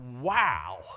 Wow